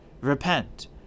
Repent